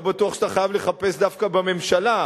לא בטוח שאתה חייב לחפש דווקא בממשלה.